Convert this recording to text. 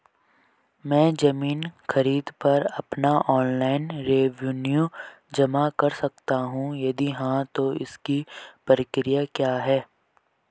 मैं ज़मीन खरीद पर अपना ऑनलाइन रेवन्यू जमा कर सकता हूँ यदि हाँ तो इसकी प्रक्रिया क्या है?